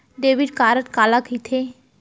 Debit card काला कहिथे?